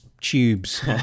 tubes